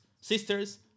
sisters